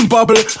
Bubble